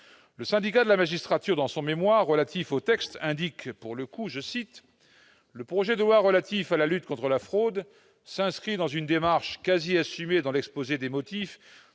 Le Syndicat de la magistrature, dans son mémoire relatif au texte, indique :« Le projet de loi relatif à la lutte contre la fraude s'inscrit dans une démarche, quasi assumée dans l'exposé des motifs,